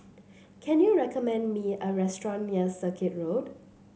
can you recommend me a restaurant near Circuit Road